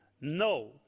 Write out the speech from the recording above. No